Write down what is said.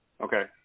Okay